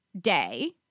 day